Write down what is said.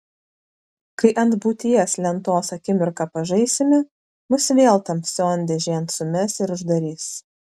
kai ant būties lentos akimirką pažaisime mus vėl tamsion dėžėn sumes ir uždarys